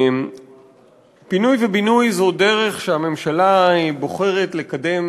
פינוי ובינוי זו דרך שהממשלה בוחרת לקדם